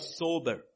sober